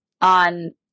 on